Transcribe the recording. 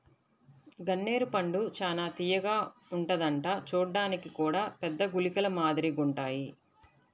గన్నేరు పండు చానా తియ్యగా ఉంటదంట చూడ్డానికి గూడా పెద్ద గుళికల మాదిరిగుంటాయ్